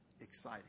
exciting